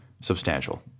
substantial